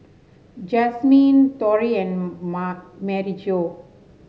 Jasmyne Torry and Maryjo